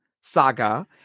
saga